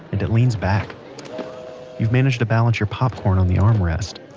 and it leans back you've managed to balance your popcorn on the arm rest